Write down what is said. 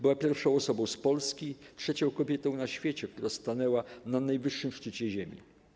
Była pierwszą osobą z Polski i trzecią kobietą na świecie, która stanęła na najwyższym szczycie Ziemi.